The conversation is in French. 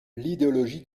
l’idéologie